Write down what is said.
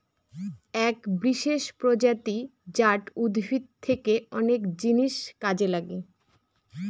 এক বিশেষ প্রজাতি জাট উদ্ভিদ থেকে অনেক জিনিস কাজে লাগে